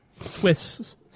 Swiss